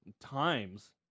Times